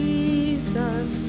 Jesus